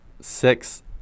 six